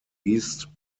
east